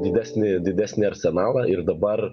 didesnį didesnį arsenalą ir dabar